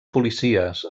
policies